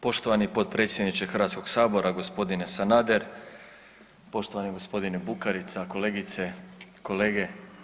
Poštovani potpredsjedniče Hrvatskog sabora, gospodine Sanader, poštovani gospodine Bukarica, kolegice, kolege.